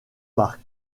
marques